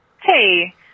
Hey